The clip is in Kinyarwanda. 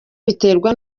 biterwa